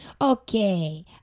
okay